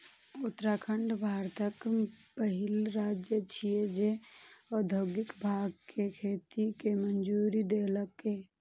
उत्तराखंड भारतक पहिल राज्य छियै, जे औद्योगिक भांग के खेती के मंजूरी देलकै